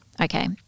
Okay